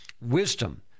Wisdom